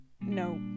No